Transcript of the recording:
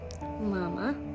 Mama